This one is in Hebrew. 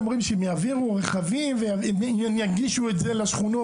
הם אומרים שהם יעבירו רכבים וינגישו את זה לשכונות,